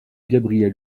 gabriel